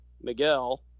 Miguel